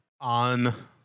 on